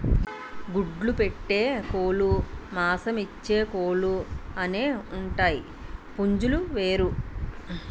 గుడ్లు పెట్టే కోలుమాంసమిచ్చే కోలు అనేవుంటాయి పుంజులు వేరు